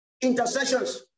intercessions